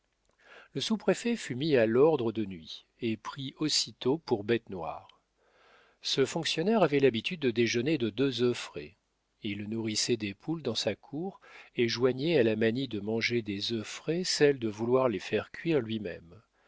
le sous-préfet fut mis à l'ordre de nuit et pris aussitôt pour bête noire ce fonctionnaire avait l'habitude de déjeuner de deux œufs frais il nourrissait des poules dans sa cour et joignait à la manie de manger des œufs frais celle de vouloir les faire cuire lui-même